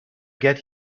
get